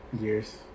Years